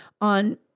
on